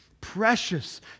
precious